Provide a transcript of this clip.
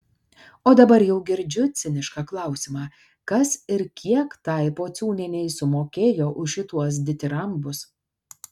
o dabar jau girdžiu cinišką klausimą kas ir kiek tai pociūnienei sumokėjo už šituos ditirambus